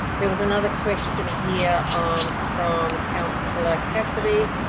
there was another question here um from councillor cassidy,